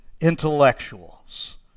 intellectuals